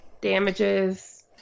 Damages